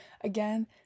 Again